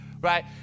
right